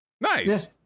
nice